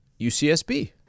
UCSB